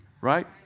right